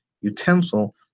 utensil